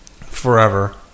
forever